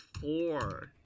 four